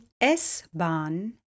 S-Bahn